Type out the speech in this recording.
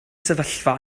sefyllfa